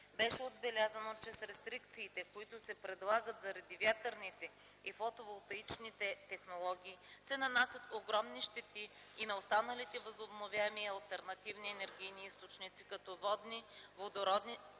Беше отбелязано, че с рестрикциите, които се предлагат заради вятърните и фотоволтаичните технологии се нанасят огромни щети и на останалите възобновяеми и алтернативни енергийни източници като водни, водородни